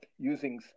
Using